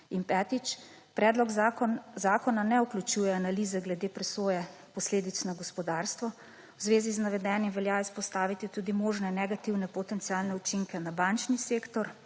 Petič. Predlog zakona ne vključuje analize glede presoje posledic na gospodarstvo. V zvezi z navedenim velja izpostaviti tudi možne negativne potencialne učinke na bančni sektor,